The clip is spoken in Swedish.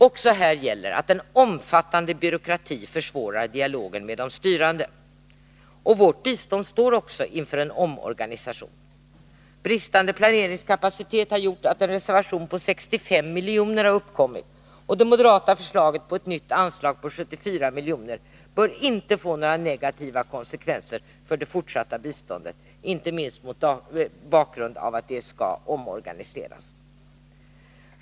Även när det gäller att en omfattande byråkrati försvårar dialogen med de styrande, och vårt bistånd står också inför en omorganisation. Bristande planeringskapacitet har gjort att en reservation på 65 milj.kr. har uppkommit, och det moderata förslaget om ett nytt anslag på 74 miljoner bör inte få några negativa konsekvenser för det fortsatta biståndet, inte minst mot bakgrund av att det skall omorganiseras.